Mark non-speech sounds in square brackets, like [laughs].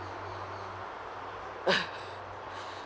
[laughs]